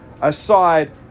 aside